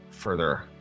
further